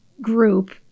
group